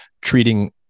treating